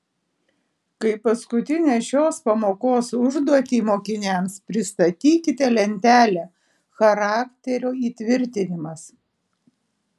kaip paskutinę šios pamokos užduotį mokiniams pristatykite lentelę charakterio įtvirtinimas